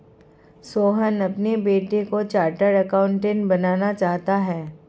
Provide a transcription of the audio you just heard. सोहन अपने बेटे को चार्टेट अकाउंटेंट बनाना चाहता है